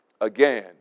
again